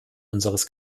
unseres